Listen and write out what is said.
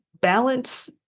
balance